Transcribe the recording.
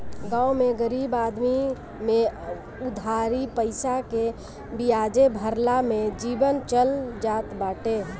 गांव में गरीब आदमी में उधारी पईसा के बियाजे भरला में जीवन चल जात बाटे